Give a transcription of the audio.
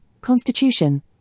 Constitution